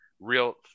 real